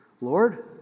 Lord